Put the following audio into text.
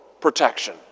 protection